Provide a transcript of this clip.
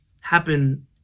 happen